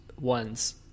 ones